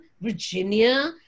Virginia